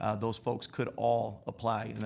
ah those folks could all apply.